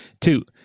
Two